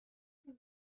lost